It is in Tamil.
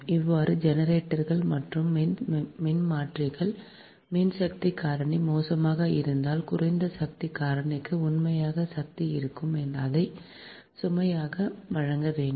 இவ்வாறு ஜெனரேட்டர்கள் மற்றும் மின்மாற்றிகள் மின்சக்தி காரணி மோசமாக இருந்தால் குறைந்த சக்தி காரணிக்கு உண்மையான சக்தி இருக்கும் அதே சுமையை வழங்க வேண்டும்